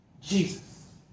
Jesus